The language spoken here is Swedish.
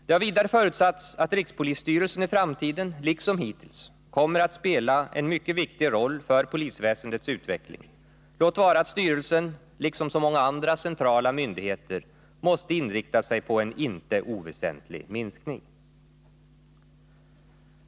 Det har vidare förutsatts att rikspolisstyrelsen i framtiden liksom hittills kommer att spela en mycket viktig roll för polisväsendets utveckling, låt vara att styrelsen liksom så många andra centrala myndigheter måste inrikta sig på en inte oväsentlig minskning.